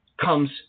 comes